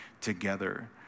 together